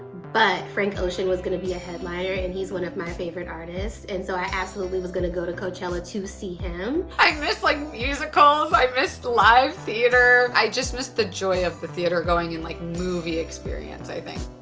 but frank ocean was gonna be a headliner, and he's one of my favorite artists. and so i absolutely was going to go to coachella to see him. i miss like musicals, i miss live theater. i just miss the joy of the theater, going in like movie experience, i think.